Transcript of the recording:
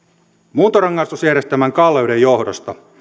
muuntorangaistusjärjestelmän kalleuden johdosta